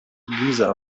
giza